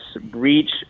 breach